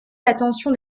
l’attention